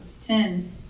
Ten